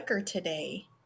today